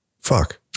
Fuck